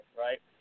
right